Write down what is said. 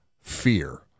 Fear